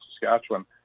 Saskatchewan